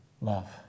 Love